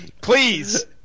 Please